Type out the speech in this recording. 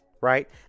Right